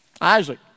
Isaac